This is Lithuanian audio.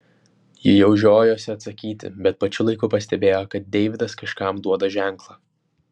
ji jau žiojosi atsakyti bet pačiu laiku pastebėjo kad deividas kažkam duoda ženklą